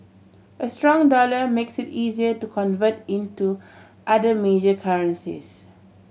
a strong dollar makes it easier to convert into other major currencies